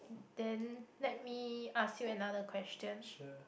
then let me ask you another question